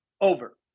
over